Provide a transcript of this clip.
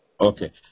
Okay